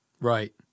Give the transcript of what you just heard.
Right